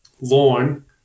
Lawn